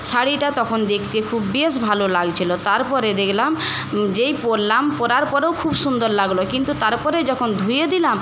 শাড়িটা তখন দেখতে খুব বেশ ভালো লাগছিল তার পরে দেখলাম যেই পরলাম পরার পরেও খুব সুন্দর লাগল কিন্তু তার পরে যখন ধুয়ে দিলাম